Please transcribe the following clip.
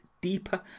deeper